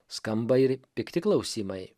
skamba ir pikti klausimai